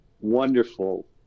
wonderful